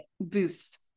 boost